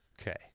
Okay